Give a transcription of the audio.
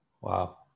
Wow